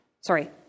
Sorry